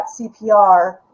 CPR